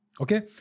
Okay